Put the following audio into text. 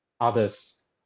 others